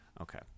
okay